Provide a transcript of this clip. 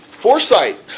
Foresight